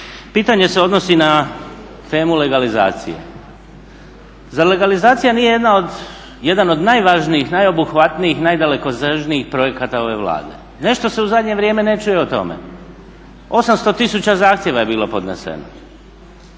Pitanje se odnosi na temu legalizacije. Zar legalizacija nije jedan od najvažnijih, najobuhvatnijih, najdalekosežnijih projekata ove Vlade? Nešto se u zadnje vrijeme ne čuje o tome. 800 tisuća zahtjeva je bilo podneseno.